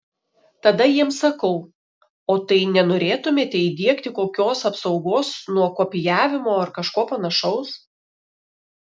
tada jiems sakau o tai nenorėtumėte įdiegti kokios apsaugos nuo kopijavimo ar kažko panašaus